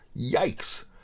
Yikes